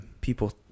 people